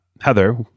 Heather